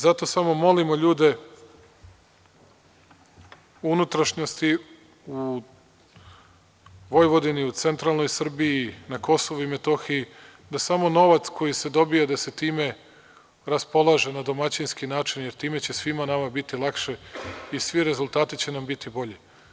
Zato samo molimo ljude u unutrašnjosti, u Vojvodini, u centralnoj Srbiji, na Kosovu i Metohiji da samo novac koji se dobija, da se time raspolaže na domaćinski način jer time će svima nama biti lakše i svi rezultati će nam biti bolji.